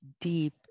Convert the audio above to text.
deep